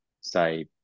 say